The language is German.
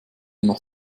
noch